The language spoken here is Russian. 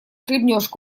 хлебнешь